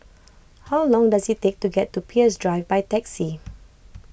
how long does it take to get to Peirce Drive by taxi